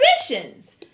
positions